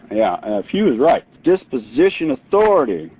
yeah, phew is right, disposition authority,